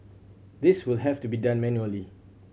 this will have to be done manually